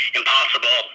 impossible